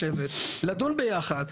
לשבת ולדון ביחד,